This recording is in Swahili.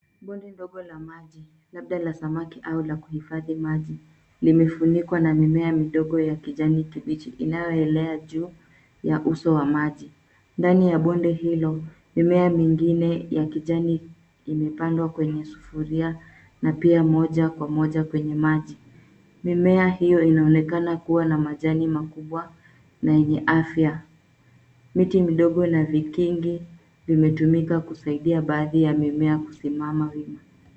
Bonde ndogo la maji labda ya samaki au la kuhifadhi maji limefunikwa na mimea midogo ya kijani kibichi inayoelea juu ya uso wa maji. Ndani ya bonde hilo, mimea mengine ya kijani imepandwa kwenye sufuria na pia moja kwa moja kwenye maji. Mimea hiyo inaonekana kuwa na majani makubwa na yenye afia. Miti midogo na vikingi vimetumika kusaidia baadhi ya mimea kusimama wima.